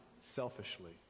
selfishly